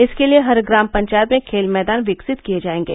इसके लिए हर ग्राम पंचायत में खेल मैदान विकसित किए जायेंगे